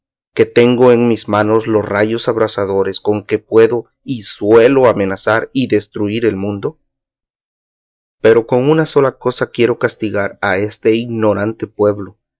que tengo en mis manos los rayos abrasadores con que puedo y suelo amenazar y destruir el mundo pero con sola una cosa quiero castigar a este ignorante pueblo